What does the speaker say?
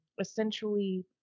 essentially